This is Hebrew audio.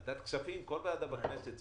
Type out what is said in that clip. ועדת הכספים וכל ועדה בכנסת,